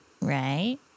right